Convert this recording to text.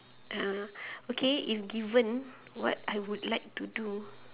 uh okay if given what I would like to do